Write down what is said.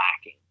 lacking